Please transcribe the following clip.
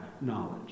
knowledge